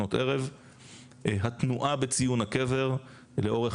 לפנות ערב; התנועה בציון הקבר לאורך